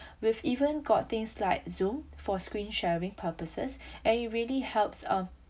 we've even got things like zoom for screen sharing purposes and it really helps um